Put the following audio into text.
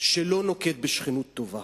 שלא נוקט שכנות טובה,